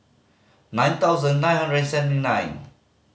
nine thousand nine hundred and seventy nine